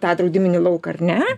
tą draudiminį lauką ar ne